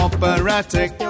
Operatic